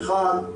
אחד,